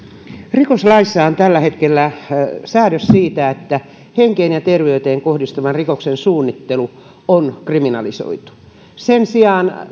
rikoslaissa on tällä hetkellä säädös siitä että henkeen ja terveyteen kohdistuvan rikoksen suunnittelu on kriminalisoitu sen sijaan